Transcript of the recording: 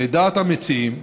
לדעת המציעים,